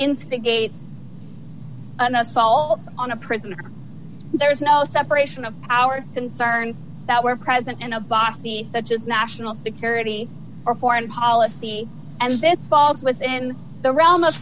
instigate an assault on a prisoner there is no separation of powers concerns that were present in a box be such as national security or foreign policy and this falls within the realm of